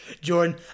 Jordan